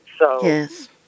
yes